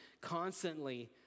constantly